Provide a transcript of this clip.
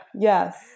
Yes